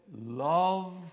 love